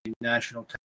National